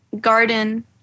Garden